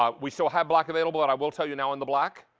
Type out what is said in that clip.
um we still have black available. i will tell you now in the black,